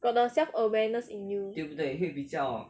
got the self awareness in you